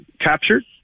captured